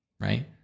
right